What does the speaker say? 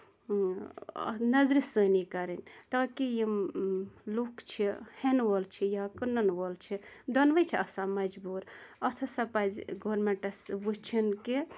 نَظرِثٲنی کَرٕنۍ تاکہِ یِم لُکھ چھِ ہیٚنہٕ وول چھُ یا کٕنن وول چھُ دۅنوَے چھِ آسان مَجبوٗر اَتھ ہسا پَزِ گورمیٚنٛٹَس وُچھُن کہِ